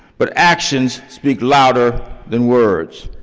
but actions speak louder than words.